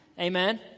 Amen